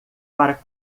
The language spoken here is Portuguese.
para